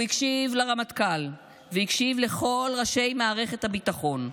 הוא הקשיב לרמטכ"ל והקשיב לכל ראשי מערכת הביטחון.